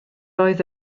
oedd